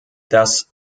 das